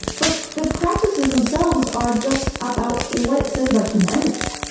but the practices themselves are just about what it says about humanity